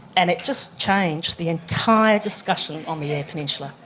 and it just changed the entire discussion on the eyre peninsula.